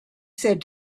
said